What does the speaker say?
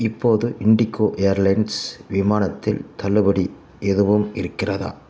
இப்போது இன்டிகோ ஏர்லைன்ஸ் விமானத்தில் தள்ளுபடி எதுவும் இருக்கிறதா